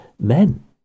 men